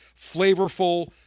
flavorful